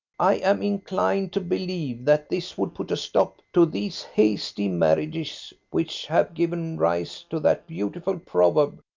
i am inclined to believe that this would put a stop to these hasty marriages which have given rise to that beautiful proverb,